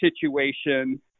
situation